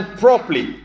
properly